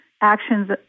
actions